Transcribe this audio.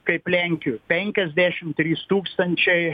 kaip lenkijoj penkiasdešim trys tūkstančiai